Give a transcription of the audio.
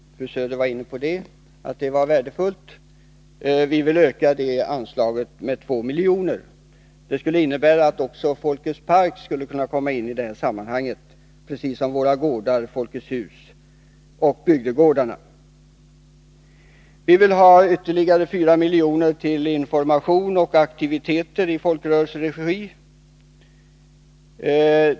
Fru Söder var inne på att det var värdefullt. Vi vill öka det anslaget med 2 milj.kr. Det skulle innebära att även Folkets park skulle kunna komma in i det här sammanhanget, precis som Våra gårdar, Folkets hus och bygdegårdarna. Vi vill ha ytterligare 4 milj.kr. till information och aktiviteter i folkrörelseregi.